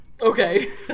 Okay